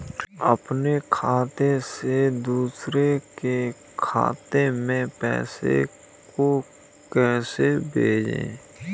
अपने खाते से दूसरे के खाते में पैसे को कैसे भेजे?